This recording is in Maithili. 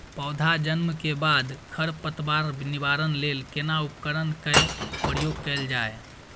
पौधा जन्म के बाद खर पतवार निवारण लेल केना उपकरण कय प्रयोग कैल जाय?